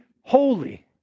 holy